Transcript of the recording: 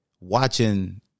watching